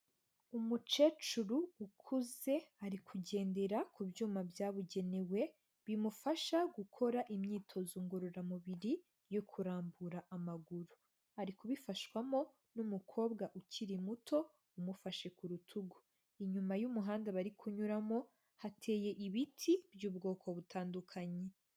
Umukecuru ukuze ari kugendera ku byuma byabugenewe bimufasha gukora imyitozo ngororamubiri yo kurambura amaguru, ari kubifashwamo n'umukobwa ukiri muto umufashe ku rutugu, inyuma y'umuhanda bari kunyuramo hateye ibiti by'ubwoko butandukanye.